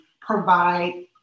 provide